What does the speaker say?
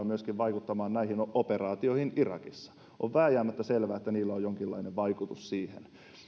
myöskin vaikuttamaan näihin operaatioihin irakissa on vääjäämättä selvää että niillä on jonkinlainen vaikutus näihin